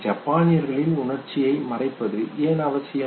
ஜப்பானியர்கள் உணர்ச்சியை மறைப்பது ஏன் அவசியம்